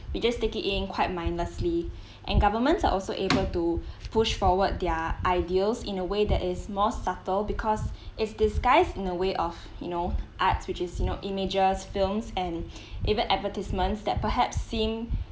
we just take it in quite mindlessly and governments are also able to push forward their ideas in a way that is more subtle because its disguised in a way of you know arts which is you know images films and even advertisements that perhaps seem